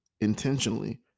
intentionally